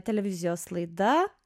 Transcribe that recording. televizijos laida